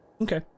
Okay